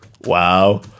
Wow